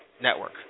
network